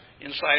inside